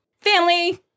family